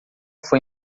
foi